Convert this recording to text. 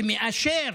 שמאשר